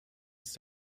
ist